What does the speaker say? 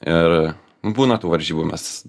ir būna tų varžybų mes